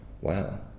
wow